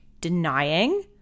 denying